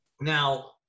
Now